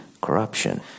corruption